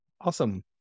Awesome